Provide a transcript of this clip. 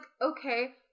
okay